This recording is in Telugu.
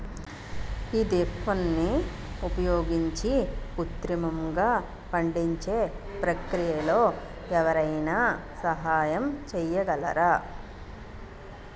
ఈథెఫోన్ని ఉపయోగించి కృత్రిమంగా పండించే ప్రక్రియలో ఎవరైనా సహాయం చేయగలరా?